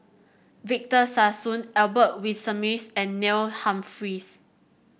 Victor Sassoon Albert Winsemius and Neil Humphreys